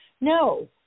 No